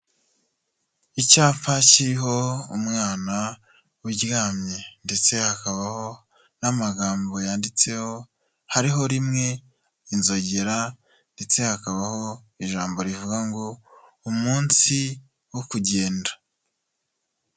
Icyapa kiriho umwana uryamye, ndetse hakabaho n'amagambo yanditseho, hariho rimwe inzogera, ndetse hakabaho ijambo rivuga ngo umunsi wo kugenda.